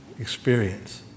experience